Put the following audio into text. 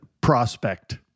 prospect